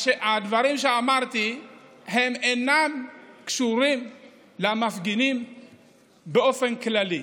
הדברים שאמרתי אינם קשורים למפגינים באופן כללי.